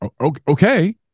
Okay